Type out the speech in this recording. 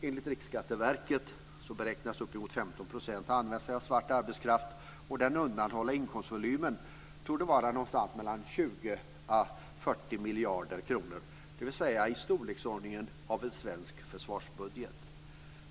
Enligt Riksskatteverket beräknas uppemot 15 % ha använt sig av svart arbetskraft, och den undanhållna inkomstvolymen torde vara någonstans mellan 20 och 40 miljarder kronor, dvs. i storleksordningen en svensk försvarsbudget.